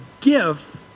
gifts